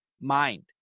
mind